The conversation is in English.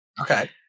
okay